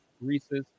Reese's